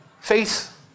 Faith